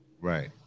Right